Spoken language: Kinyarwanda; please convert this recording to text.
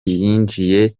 yinjiye